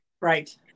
right